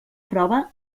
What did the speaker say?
prova